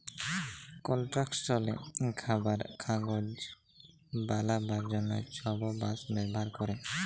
কলস্ট্রাকশলে, খাবারে, কাগজ বালাবার জ্যনহে ছব বাঁশ ব্যাভার ক্যরে